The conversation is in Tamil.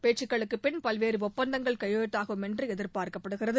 பேச்சுகளுக்குபின் பல்வேறு ஒப்பந்தங்கள் கையெழுத்தாகும் என்று எதிர்பார்க்கப்படுகிறது